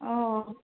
অ